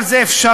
אבל זה אפשרי.